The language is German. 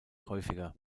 häufiger